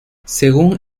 según